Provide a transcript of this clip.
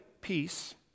peace